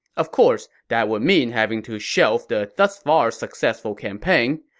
of course, that would mean having to shelf the thus-far successful campaign,